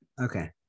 okay